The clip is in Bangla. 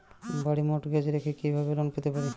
বাড়ি মর্টগেজ রেখে কিভাবে লোন পেতে পারি?